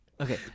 Okay